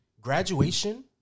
graduation